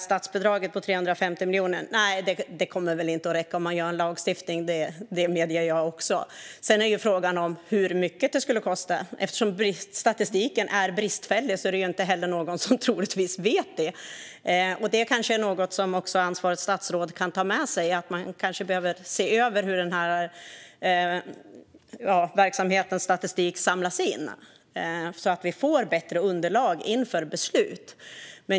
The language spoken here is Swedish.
Statsbidraget på 350 miljoner kommer väl inte att räcka om man inför en lagstiftning; det medger jag. Sedan är frågan hur mycket det skulle kosta. Eftersom statistiken är bristfällig är det troligtvis ingen som vet det. Det kanske är något som ansvarigt statsråd kan ta med sig. Kanske behöver man se över hur denna verksamhets statistik samlas in så att vi får bättre underlag inför beslut.